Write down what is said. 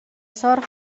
sort